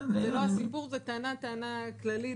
הטענה היא טענה כללית,